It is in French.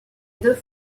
deux